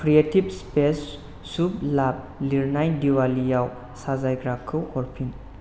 creative space सुभ लाभ लिरनाय दिवालीयाव साजायग्राखौ हरफिन